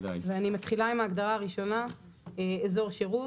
אני מתחילה עם ההגדרה הראשונה "אזור שירות".